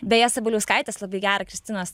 beje sabaliauskaitės labai gerą kristinos